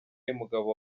y’umugabo